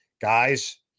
guys